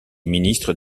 ministres